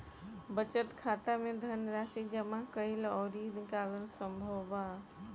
बचत खाता में धनराशि जामा कईल अउरी निकालल संभव बा